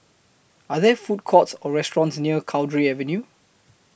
Are There Food Courts Or restaurants near Cowdray Avenue